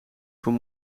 voor